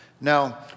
Now